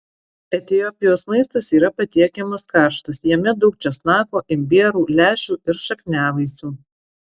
etiopijos maistas yra patiekiamas karštas jame daug česnako imbiero lęšių ir šakniavaisių